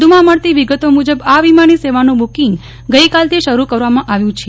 વધુમાં મળતી વિગતો મુજબ આ વિમાની સેવાનું બુકિંગ આજથી શરૂ કરવામાં આવ્યું છે